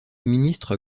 ministre